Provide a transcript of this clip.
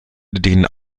den